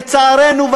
לצערנו,